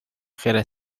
خیر